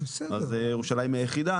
אז ירושלים היחידה?